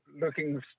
looking